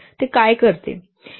ते काय करते ते काय करते